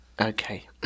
Okay